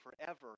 forever